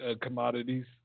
commodities